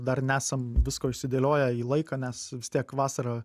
dar nesam visko išsidėlioję į laiką nes vis tiek vasara